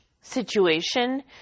situation